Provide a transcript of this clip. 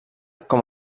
com